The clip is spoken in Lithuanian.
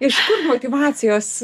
iš kur motyvacijos